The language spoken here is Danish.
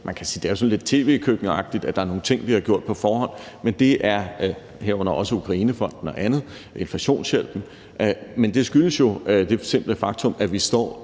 sådan lidt tv-køkkenagtigt, at der er nogle ting, vi har gjort på forhånd, herunder Ukrainefonden og andet som inflationshjælpen; men det skyldes jo det simple faktum, at vi står